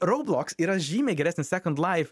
raudloks yra žymiai geresnis sekond laif